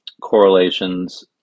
correlations